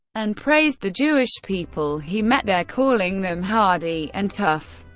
and praised the jewish people he met there calling them hardy and tough.